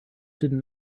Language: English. didn’t